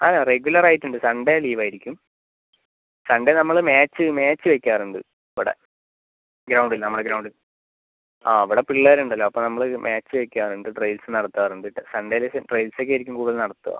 അല്ല റെഗുലർ ആയിട്ട് ഉണ്ട് സൺഡേ ലീവ് ആയിരിക്കും സൺഡേ നമ്മൾ മാച്ച് മാച്ച് വയ്ക്കാറുണ്ട് ഇവിടെ ഗ്രൗണ്ടിൽ നമ്മളെ ഗ്രൗണ്ടിൽ ആ അവിടെ പിള്ളേർ ഉണ്ടല്ലോ അപ്പോൾ നമ്മൾ മാച്ച് വയ്ക്കാറുണ്ട് ട്രയൽസ് നടത്താറുണ്ട് സൺഡേയിൽ ഒക്കെ ട്രയൽസ് ഒക്കെ ആയിരിക്കും കൂടുതൽ നടത്തുക